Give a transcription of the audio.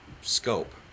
scope